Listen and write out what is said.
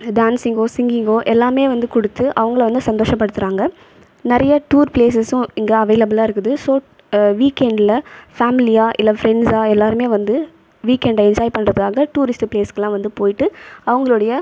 டான்சிங்கோ சிங்கிங்கோ எல்லாமே வந்து கொடுத்து அவங்களை வந்து சந்தோஷப்படுத்துறாங்க நிறையா டூர் பிளேஸஸும் இங்கு அவைலபிளாக இருக்குது ஸோ வீக்கெண்ட்டில் ஃபேமிலியாக இல்லை ப்ரண்ட்ஸாக எல்லோருமே வந்து வீக்கெண்டை என்ஜாய் பண்ணுறதுக்காக டூரிஸ்ட் பிளேஸுக்கெல்லாம் வந்து போய்விட்டு அவங்களுடைய